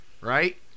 Right